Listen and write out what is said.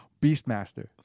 Beastmaster